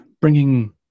bringing